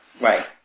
Right